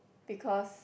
because